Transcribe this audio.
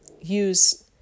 use